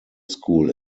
school